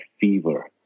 fever